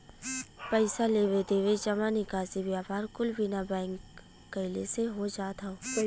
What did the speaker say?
पइसा लेवे देवे, जमा निकासी, व्यापार कुल बिना बैंक गइले से हो जात हौ